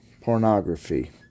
pornography